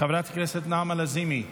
חברת הכנסת נעמה לזימי,